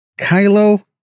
Kylo